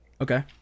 Okay